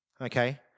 okay